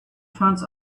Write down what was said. turns